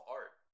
art